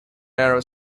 narrow